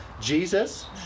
Jesus